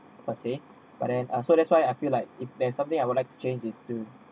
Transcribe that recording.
per say but then uh so that's why I feel like if there's something I would like to change is to